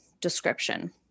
description